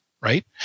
right